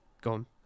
gone